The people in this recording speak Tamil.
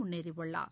முன்னேறியுள்ளார்